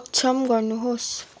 अक्षम गर्नुहोस्